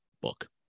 book